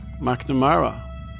McNamara